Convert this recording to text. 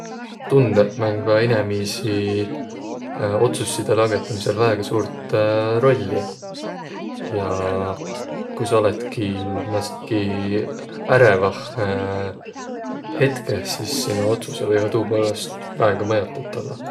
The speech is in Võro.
Tundõq mängväq inemiisi otsussidõ langõtamisõl väega suurt rolli ja ku sa olõtki määntsehki äreväh hetkeh, sis sino otsusõq võivaq tuu poolõst väega mõotõt ollaq.